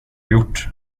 gjort